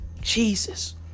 Jesus